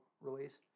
release